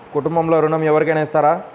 కుటుంబంలో ఋణం ఎవరికైనా ఇస్తారా?